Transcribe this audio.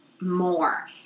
more